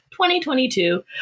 2022